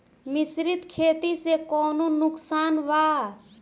मिश्रित खेती से कौनो नुकसान वा?